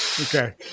Okay